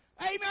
amen